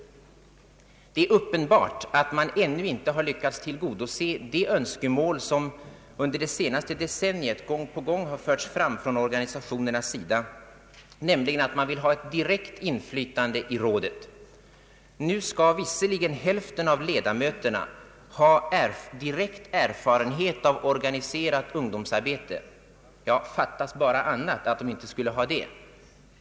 Det är uppenbart att man ännu inte har lyckats tillgodose det önskemål som under det senaste decenniet gång på gång har förts fram av organisationerna, nämligen att de vill ha ett direkt inflytande i rådet. Nu skall visserligen hälften av ledamöterna ha direkt erfarenhet av organiserat ungdomsarbete — ja, fattas bara att de inte skulle ha det!